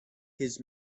his